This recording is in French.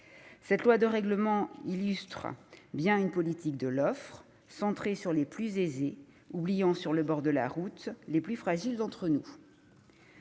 de loi de règlement illustre bien une politique de l'offre centrée sur les plus aisés, oubliant sur le bord de la route les plus fragiles d'entre nous.